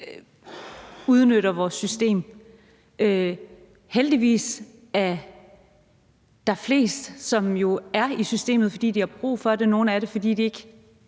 udnytter vores system. Heldigvis er der flest, som er i systemet, fordi de har brug for det; nogle er det, fordi de ikke